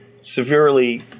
severely